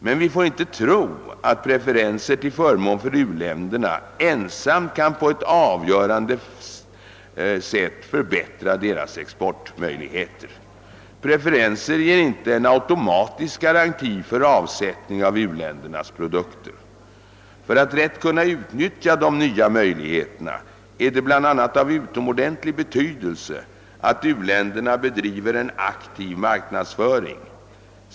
Men vi får inte tro att preferenser till förmån för u-länderna ensamt kan på ett avgörande sätt förbättra deras exportmöjligheter. Preferenser ger inte en automatisk garanti för avsättning av u-ländernas produkter. För att rätt kunna utnyttja de nya möjligheterna är det bl.a. av utomordentlig betydelse att u-länderna bedriver en aktiv marknadsföring.